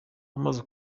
amaze